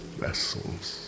vessels